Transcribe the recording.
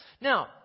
Now